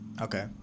okay